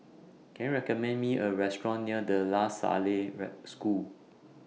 Can YOU recommend Me A Restaurant near De La Salle School